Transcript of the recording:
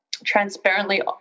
transparently